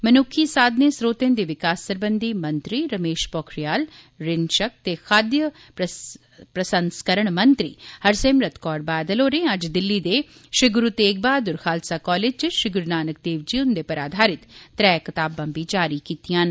मनुक्खी साधनें स्रोतें दे विकास सरबंधी मंत्री रमेश पोखरियाल रिशंक ते खाद्य प्रसंस्करण मंत्री हरसिमरत कौर बादल होरें अज्ज दिल्ली दे श्री गुरु तेग बहादुर खालसा कालेज च श्री गुरु नानक देव जी हुंदे पर आधारित त्रै कताबां बी जारी कीतीआं न